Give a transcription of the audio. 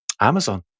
Amazon